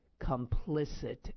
complicit